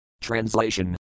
Translation